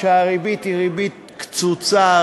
הריבית היא ריבית קצוצה,